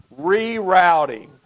Rerouting